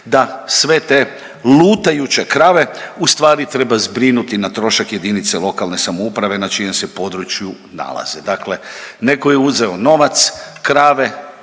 da sve te lutajuće krave ustvari treba zbrinuti na trošak jedinice lokalne samouprave na čijem se području nalaze. Dakle, netko je uzeo novac, krave